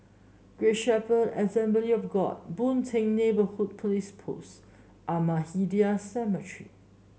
Great Shepherd Assembly of God Boon Teck Neighbourhood Police Post Ahmadiyya Cemetery